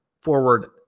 forward